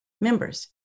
members